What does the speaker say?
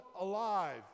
alive